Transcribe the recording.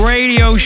Radio